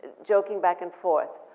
joking back and forth.